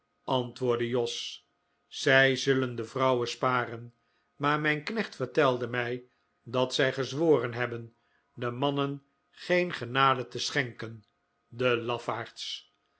antwoordde jos zij zullen de vrouwen sparen maar mijn knecht vertelde mij dat zij gezworen hebben de mannen geen genade te schenken de lafaards